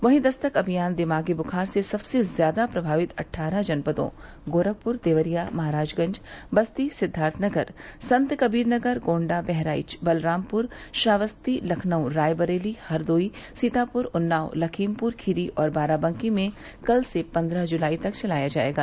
वहीं दस्तक अभियान दिमागी बुखार से सक्से ज्यादा प्रभावित अट्ठारह जनपदों गोरखपुर देवरिया महराजगंज बस्ती सिद्दार्थनगर संतकबीरनगर गोण्डा बहराइच बलरामपुर श्रावस्ती लखनऊ रायबरेली हरदोई सीतापुर उन्नाव लखीमपुरखीरी और बाराबंकी में कल से पन्द्रह जुलाई तक चलाया जायेगा